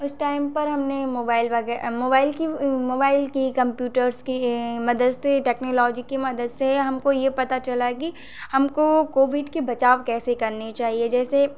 उस टाइम पर हमने मोबाइल मोबाइल की मोबाइल की कंप्यूटर्स की मदद से टेक्नोलॉजी की मदद से हमको ये पता चला कि हमको कोविड की बचाव कैसे करने चाहिए जैसे